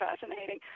fascinating